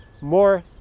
more